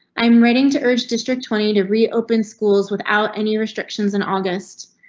i'm writing to urge district twenty to reopen schools without any restrictions. in august.